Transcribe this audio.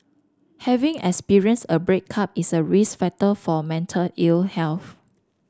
having experienced a breakup is a risk factor for mental ill health